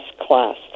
class